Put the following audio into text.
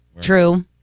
True